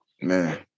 man